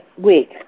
week